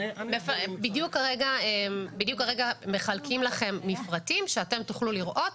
בדיוק כרגע מחלקים לכם מפרטים שאתם תוכלו לראות